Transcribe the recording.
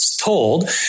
told